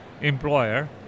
employer